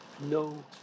no